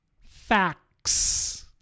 facts